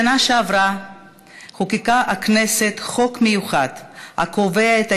בשנה שעברה חוקקה הכנסת חוק מיוחד הקובע את